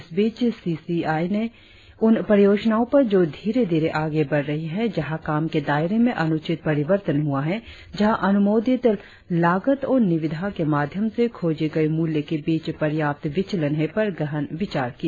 इसबीच C C I ने उन परियोजनाओं पर जो धीरे धीरे आगे बढ़ रही है जहां काम के दायरे में अनुचित परिवर्तन हुआ है जहां अनुमानित लागत और निविदा के माध्यम से खोजे गए मूल्य के बीच पर्याप्त विचलन है पर गहन विचार किया